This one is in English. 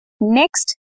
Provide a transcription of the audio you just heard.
Next